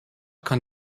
kann